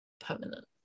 permanent